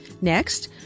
Next